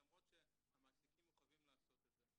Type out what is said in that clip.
בתחום מדינת ישראל למרות שהמעסיקים מחויבים לעשות את זה.